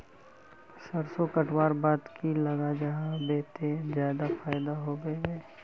सरसों कटवार बाद की लगा जाहा बे ते ज्यादा फायदा होबे बे?